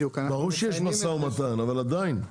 ברור שיש משא ומתן, אבל עדיין.